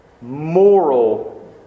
moral